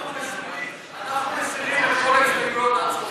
אנחנו מסירים את כל ההסתייגויות עד סוף